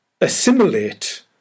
assimilate